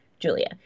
Julia